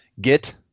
Get